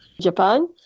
Japan